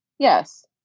yes